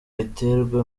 biterwa